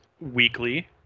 weekly